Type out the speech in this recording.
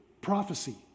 prophecy